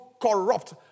corrupt